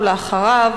ולאחריו,